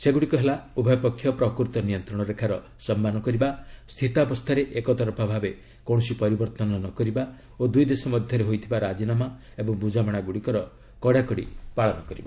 ସେଗୁଡ଼ିକ ହେଲା ଉଭୟପକ୍ଷ ପ୍ରକୃତ ନିୟନ୍ତ୍ରଣରେଖାର ସମ୍ମାନ କରିବା ସ୍ଥିତାବସ୍ଥାରେ ଏକତରଫା ଭାବରେ କୌଣସି ପରିବର୍ଭନ ନ କରିବା ଓ ଦୁଇଦେଶ ମଧ୍ୟରେ ହୋଇଥିବା ରାଜିନାମା ଏବଂ ବୁଝାମଣାଗୁଡ଼ିକର କଡ଼ାକଡ଼ି ପାଳନ କରିବା